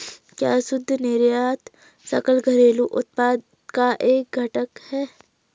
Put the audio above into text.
क्या शुद्ध निर्यात सकल घरेलू उत्पाद का एक घटक है?